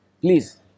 please